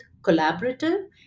collaborative